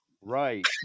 Right